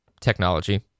Technology